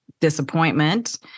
disappointment